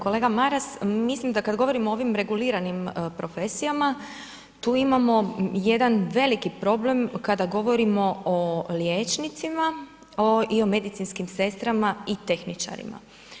Kolega Maras, mislim da kad govorimo o ovim reguliranim profesijama, tu imamo jedan veliki problem kada govorimo o liječnicima i o medicinskim sestrama i tehničarima.